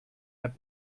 app